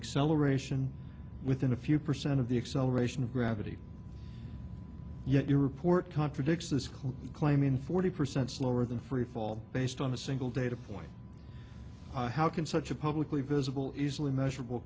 acceleration within a few percent of the acceleration of gravity yet you report contradicts this claim in forty percent slower than freefall based on a single data point how can such a publicly visible easily measurable